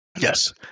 Yes